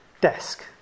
desk